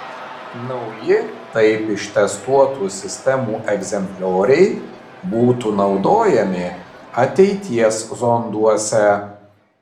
nauji taip ištestuotų sistemų egzemplioriai būtų naudojami ateities zonduose